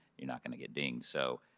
you're not going to get dinged. so